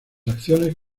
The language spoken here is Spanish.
acciones